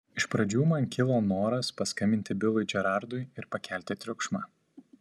iš pradžių man kilo noras paskambinti bilui džerardui ir pakelti triukšmą